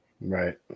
Right